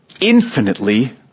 infinitely